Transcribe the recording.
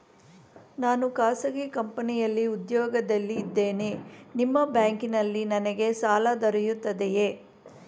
ನಾನು ಖಾಸಗಿ ಕಂಪನಿಯಲ್ಲಿ ಉದ್ಯೋಗದಲ್ಲಿ ಇದ್ದೇನೆ ನಿಮ್ಮ ಬ್ಯಾಂಕಿನಲ್ಲಿ ನನಗೆ ಸಾಲ ದೊರೆಯುತ್ತದೆಯೇ?